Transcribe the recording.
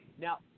Now